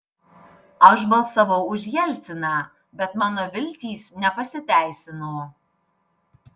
aš balsavau už jelciną bet mano viltys nepasiteisino